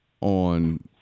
on